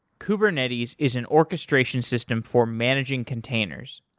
kubernetes is an orchestration system for managing containers.